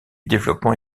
développement